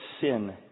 sin